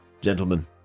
gentlemen